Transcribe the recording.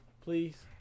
please